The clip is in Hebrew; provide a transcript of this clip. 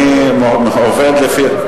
אני עובד לפי,